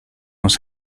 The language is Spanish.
nos